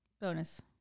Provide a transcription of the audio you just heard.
Bonus